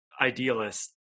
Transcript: idealist